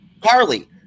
Carly